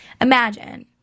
Imagine